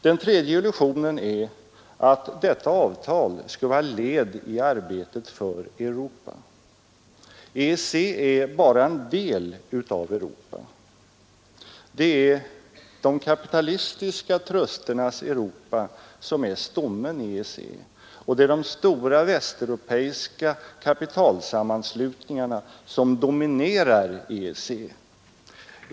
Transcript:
Den tredje illusionen är att detta avtal skulle vara ett led i arbetet för Europa. EEC är bara en del av Europa. Det är de kapitalistiska trusternas >, och det är de stora västeuropeiska Europa som är stommen i EE kapitalsammanslutningarna som dominerar EEC.